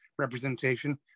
Representation